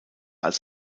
als